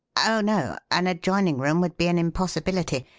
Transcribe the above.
oh, no an adjoining room would be an impossibility.